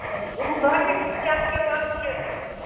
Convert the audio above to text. اچھا ہُم باقٕے تِم چَمچہِ وَمچہِ